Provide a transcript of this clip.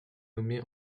nommée